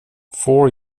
four